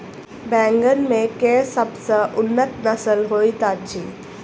बैंगन मे केँ सबसँ उन्नत नस्ल होइत अछि?